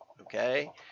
okay